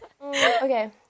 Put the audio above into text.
Okay